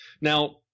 Now